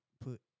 put